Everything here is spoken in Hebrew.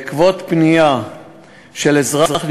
בעקבות פנייה של אזרח,